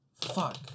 fuck